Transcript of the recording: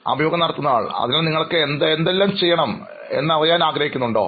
അഭിമുഖം നടത്തുന്നയാൾ അതിനാൽ നിങ്ങൾക്ക് എന്തെല്ലാം ചെയ്യണം എന്ന് അറിയാൻ ആഗ്രഹിക്കുന്നുണ്ടോ